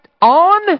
on